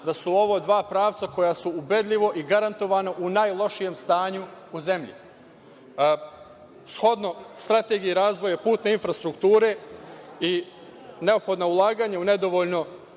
da su ovo dva pravca koja su ubedljivo i garantovano u najlošijem stanju u zemlji. Shodno strategiji razvoja putne infrastrukture i neophodna ulaganja u nedovoljno